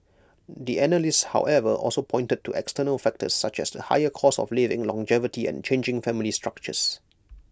the analysts however also pointed to external factors such as the higher cost of living longevity and changing family structures